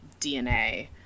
dna